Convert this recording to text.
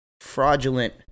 fraudulent